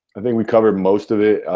i think we covered most of it.